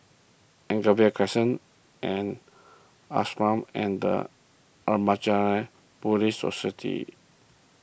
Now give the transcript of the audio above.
Anchorvale Crescent and Ashram and the Buddhist Society